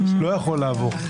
לא יכול לעבור,